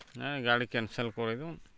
ନାଇଁ ଗାଡ଼ି କେନ୍ସେଲ୍ କରିଦଉନ୍